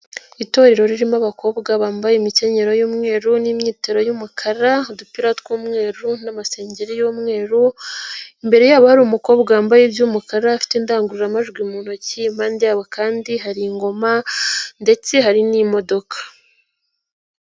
Itorero ririmo abakobwa bambaye imikenyero y'umweru n'imyitero y'umukara udupira tw'umweru n'amasengeri y'umweru, imbere yabo hari umukobwa wambaye iby'umukara afite indangururamajwi mu ntoki impande yabo kandi haringoma, ndetse hari n'imodoka.